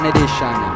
Edition